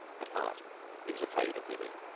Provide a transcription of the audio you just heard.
at heart he was afraid of women,